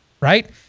Right